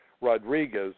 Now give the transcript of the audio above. Rodriguez